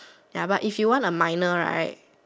ya but if you want a minor right